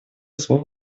слов